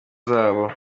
zabo